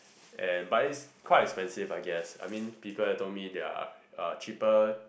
and but is quite expensive I guess I mean people told me there are uh cheaper